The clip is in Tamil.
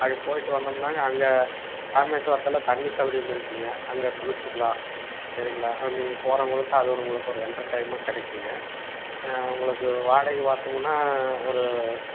அப்படி போயிவிட்டு வந்தம்னாங்க அங்கே ராமேஸ்வரத்தில் தண்ணி சவுரியம் இருக்குங்க அங்கே குளிச்சிக்கலாம் சரிங்களா நீங்கள் போகறவங்களுக்கு அது உங்களுக்கு ஒரு என்டர்டைமெண்ட் கிடைக்குங்க உங்களுக்கு வாடகை பார்த்தமுனா ஒரு